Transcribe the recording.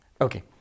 Okay